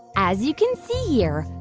as you can see here,